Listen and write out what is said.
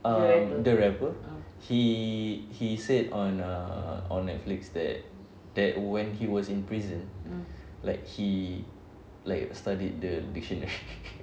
err the rapper he he said on err on netflix that that when he was in prison like he like studied the dictionary